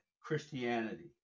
Christianity